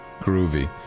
Groovy